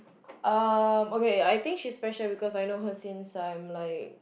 um okay I think she's special because I know her since I'm like